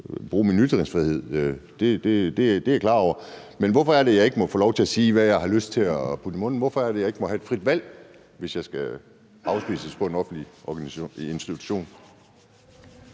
bruge min ytringsfrihed, det er jeg klar over – gerne vil have lov til at sige, hvad jeg har lyst til at putte i munden? Hvorfor er det, jeg ikke må have et frit valg, hvis jeg skal bespises i en offentlig institution?